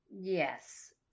yes